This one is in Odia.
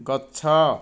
ଗଛ